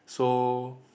so